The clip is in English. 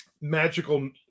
magical